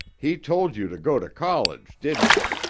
he told you to go to college, didn't he?